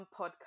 Podcast